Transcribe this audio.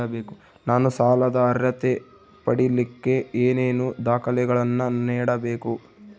ನಾನು ಸಾಲದ ಅರ್ಹತೆ ಪಡಿಲಿಕ್ಕೆ ಏನೇನು ದಾಖಲೆಗಳನ್ನ ನೇಡಬೇಕು?